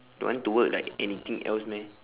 don't want to work like anything else meh